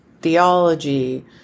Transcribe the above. theology